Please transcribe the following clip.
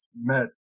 met